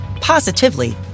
positively